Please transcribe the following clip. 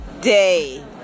day